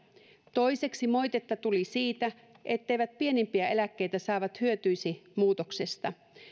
toiseksi moitetta tuli siitä etteivät pienimpiä eläkkeitä saavat hyötyisi muutoksesta